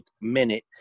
minute